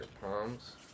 palms